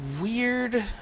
weird